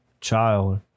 child